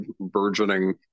burgeoning